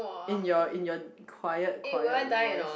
in your in your quiet quiet voice